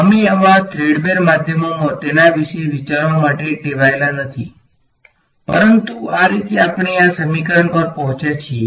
અમે આવા થ્રેડબેર માધ્યમોમાં તેના વિશે વિચારવા માટે ટેવાયેલા નથી પરંતુ આ રીતે આપણે આ સમીકરણ પર પહોંચ્યા છીએ